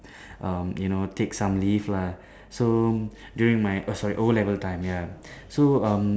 um you know take some leave lah so during my oh sorry O-level time ya so um